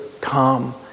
come